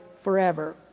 forever